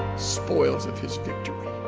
spoils of his victory